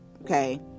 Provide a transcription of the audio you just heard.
okay